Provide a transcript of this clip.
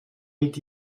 mit